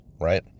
right